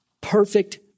perfect